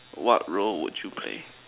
what role would you play